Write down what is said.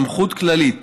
סמכות כללית